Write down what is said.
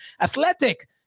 Athletic